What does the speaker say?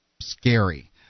scary